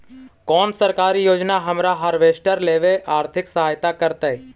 कोन सरकारी योजना हमरा हार्वेस्टर लेवे आर्थिक सहायता करतै?